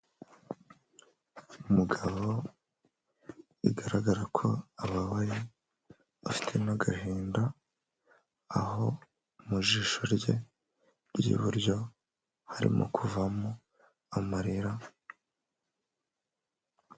Umugabo bigaragara ko ababaye afite n'agahinda aho mu jisho rye ry'iburyo harimo kuvamo amarira.